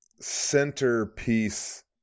centerpiece